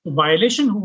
violation